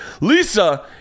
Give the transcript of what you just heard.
Lisa